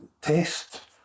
test